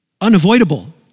Unavoidable